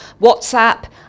WhatsApp